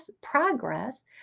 progress